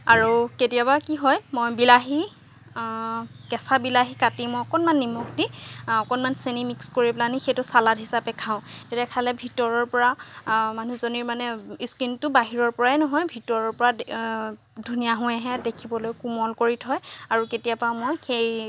আৰু কেতিয়াবা কি হয় মই বিলাহী কেঁচা বিলাহী কাটি মই অকণমান নিমখ দি অকণমান চেনি মিক্স কৰি পেলাইনি সেইটো চালাদ হিচাপে খাওঁ সেইদৰে খালে ভিতৰৰপৰা মানুহজনীৰ মানে স্কিনটো বাহিৰৰপৰাই নহয় ভিতৰৰপৰা ধুনীয়া হৈ আহে দেখিবলৈ কোমল কৰি থয় আৰু কেতিয়াবা মই সেই